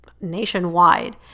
nationwide